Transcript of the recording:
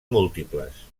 múltiples